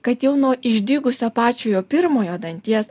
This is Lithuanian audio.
kad jau nuo išdygusio pačiojo pirmojo danties